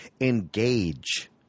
engage